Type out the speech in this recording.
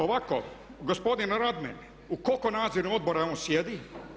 Ovako gospodin Radman u koliko nadzornih odbora on sjedi?